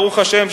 ברוך השם,